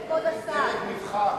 דרג נבחר,